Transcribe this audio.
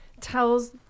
Tells